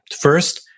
First